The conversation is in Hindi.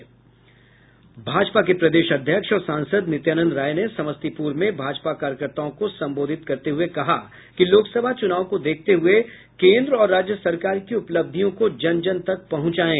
भाजपा के प्रदेश अध्यक्ष और सांसद नित्यानंद राय ने समस्तीपुर में भाजपा कार्यकर्ताओं को संबोधित करते हुए कहा कि लोकसभा चुनाव को देखते हुए कोन्द्र और राज्य सरकार की उपलब्धियों को जन जन तक पहुँचाये